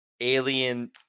alien